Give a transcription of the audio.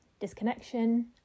disconnection